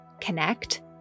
connect